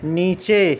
نیچے